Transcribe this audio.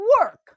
work